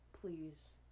please